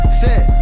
set